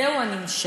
זהו הנמשל.